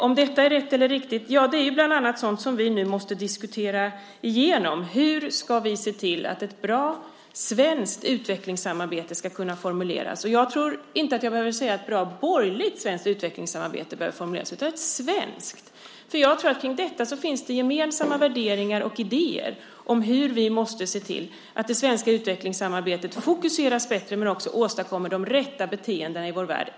Om detta är rätt och riktigt är bland annat sådant som vi nu måste diskutera igenom. Hur ska vi se till att ett bra svenskt utvecklingssamarbete ska kunna formuleras? Jag tror inte att jag behöver säga att ett bra borgerligt svenskt utvecklingssamarbete behöver formuleras, utan ett svenskt. Jag tror att det finns gemensamma värderingar och idéer när det gäller detta och om hur vi måste se till att det svenska utvecklingssamarbetet fokuseras bättre och även hur vi åstadkommer de rätta beteendena i vår värld.